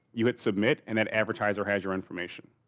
you hit submit and that advertiser has your information.